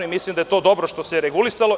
Mislim, da je to dobro što se regulisalo.